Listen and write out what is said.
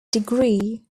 degree